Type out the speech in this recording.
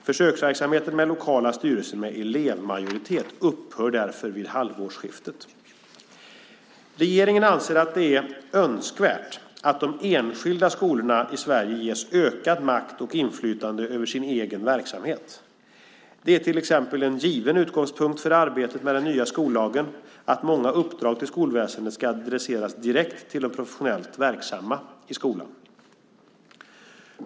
Försöksverksamheten med lokala styrelser med elevmajoritet upphör därför vid halvårsskiftet. Regeringen anser att det är önskvärt att de enskilda skolorna i Sverige ges ökad makt och inflytande över sin egen verksamhet. Det är till exempel en given utgångspunkt för arbetet med den nya skollagen att många uppdrag till skolväsendet ska adresseras direkt till de professionellt verksamma i skolan.